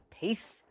peace